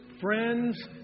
friends